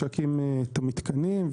שיקים את המתקנים,